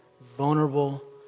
vulnerable